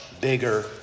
bigger